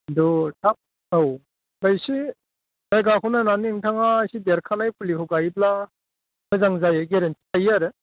खिन्थु थाब औ दा एसे जायगाखौ नायनानै नोंथाङा एसे देरखानाय फुलिखौ गायोब्ला मोजां जायो गेरेन्थि थायो आरो